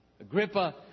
Agrippa